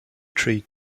treat